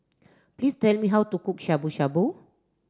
please tell me how to cook Shabu Shabu